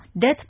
death